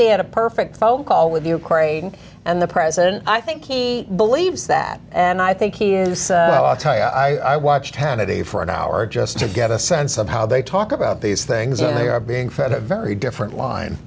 says he had a perfect phone call with ukraine and the president i think he believes that and i think he is i watched hannity for an hour just to get a sense of how they talk about these things and they are being fed a very different line